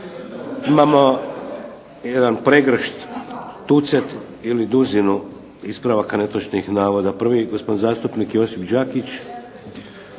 Imamo jedan pregršt, tucet ili duzinu ispravaka netočnih navoda. Prvi, gospodin zastupnik Josip Đakić.